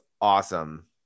awesome